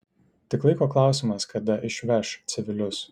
tik laiko klausimas kada išveš civilius